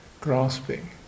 grasping